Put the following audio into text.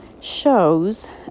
shows